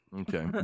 Okay